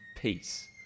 peace